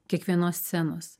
kiekvienos scenos